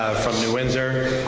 from new windsor.